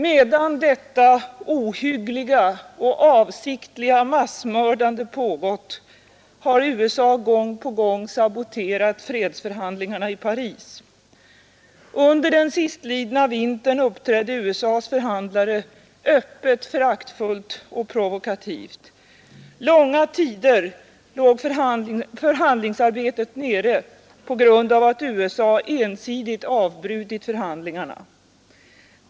Medan detta ohyggliga och avsiktliga massmördande pågått har USA gång på gång saboterat fredsförhandlingarna i Paris. Under den sistlidna vintern uppträdde USA:s förhandlare öppet föraktfullt och provokativt. Långa tider låg förhandlingsarbetet nere på grund av att USA ensidigt avbrutit förhandlingarna.